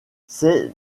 ses